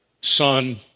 son